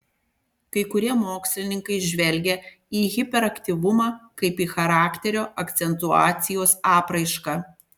kai kurie mokslininkai žvelgia į hiperaktyvumą kaip į charakterio akcentuacijos apraišką